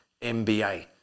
mba